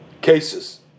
cases